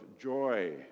joy